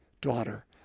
daughter